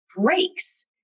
breaks